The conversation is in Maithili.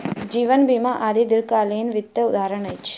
जीवन बीमा आदि दीर्घकालीन वित्तक उदहारण अछि